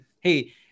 hey